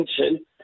attention